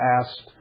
asked